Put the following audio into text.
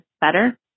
better